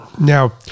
Now